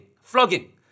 Flogging